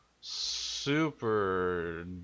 super